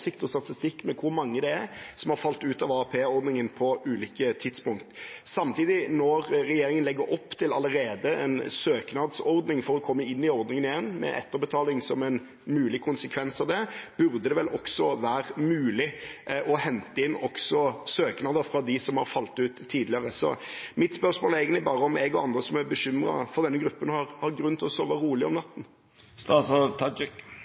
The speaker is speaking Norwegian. og statistikk med hvor mange det er som har falt ut av AAP-ordningen på ulike tidspunkt. Når regjeringen allerede legger opp til en søknadsordning for å komme inn i ordningen igjen, med etterbetaling som en mulig konsekvens av det, burde det vel samtidig være mulig også å hente inn søknader fra dem som har falt ut tidligere. Mitt spørsmål er egentlig bare om jeg og andre som er bekymret for denne gruppen, har grunn til å sove rolig om